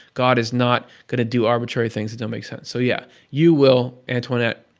god is not going to do arbitrary things that don't make sense. so yeah, you will, antoinette,